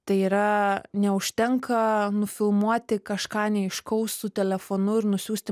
tai yra neužtenka nufilmuoti kažką neaiškaus su telefonu ir nusiųsti